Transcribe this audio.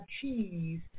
cheese